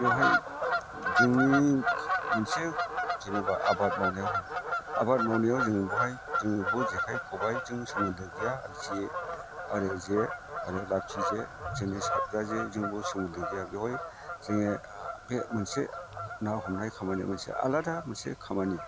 बेयावहाय जोंनि मोनसे जेनेबा आबाद मावनायाव होन आबाद मावनायाव जोङो बेवहाय जोङो बेयाव जेखाइ खबाइजों सोमोनदो गैया आरो जे आरो जे आरो लाफि जे जोंनि सारग्राजों जों बेयाव सोमोनदो गैया बेवहाय जोङो बे मोनसे ना हमनाय खामानिया मोनसे आलादा मोनसे खामानि